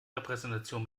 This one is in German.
repräsentation